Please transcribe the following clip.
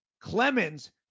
Clemens